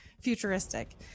futuristic